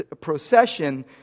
procession